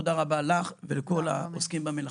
תודה רבה לך ולכל העוסקים במלאכה,